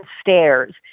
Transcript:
stairs